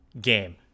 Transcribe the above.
Game